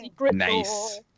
Nice